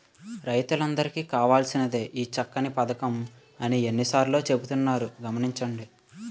రైతులందరికీ కావాల్సినదే ఈ చక్కని పదకం అని ఎన్ని సార్లో చెబుతున్నారు గమనించండి